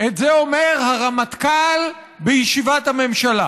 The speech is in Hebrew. את זה אומר הרמטכ"ל בישיבת הממשלה.